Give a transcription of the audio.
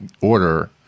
order